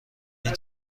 این